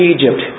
Egypt